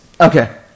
Okay